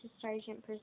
Sergeant